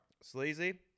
Sleazy